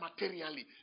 materially